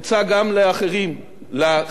לחברות שמרכיבות את ערוץ-2,